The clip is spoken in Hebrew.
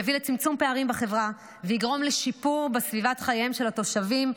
יביא לצמצום פערים בחברה ויגרום לשיפור בסביבת חייהם של התושבים,